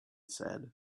said